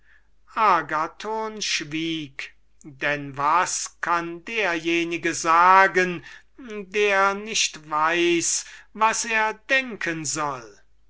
agathon schwieg denn was kann derjenige sagen der nicht weiß was er denken soll